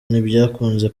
ntibyakunze